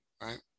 right